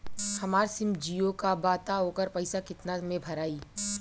हमार सिम जीओ का बा त ओकर पैसा कितना मे भराई?